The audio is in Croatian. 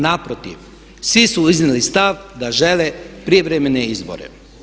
Naprotiv, svi su iznijeli stav da žele prijevremene izbore.